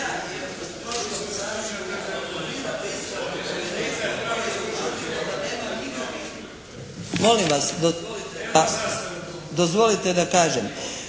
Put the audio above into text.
Molim vas, dozvolite da kažem.